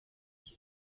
ryo